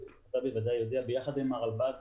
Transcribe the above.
ביחד עם הרלב"ד,